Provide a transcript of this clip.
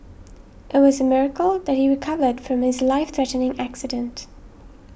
it was a miracle that he recovered from his life threatening accident